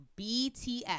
BTS